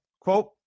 Quote